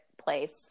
place